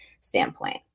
standpoint